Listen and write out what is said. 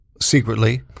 secretly